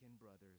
brothers